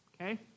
okay